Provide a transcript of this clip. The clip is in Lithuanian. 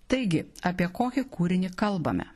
taigi apie kokį kūrinį kalbame